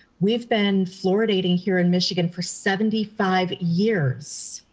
we've been fluoridating here in michigan for seventy five years.